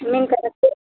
మేము కరక్టే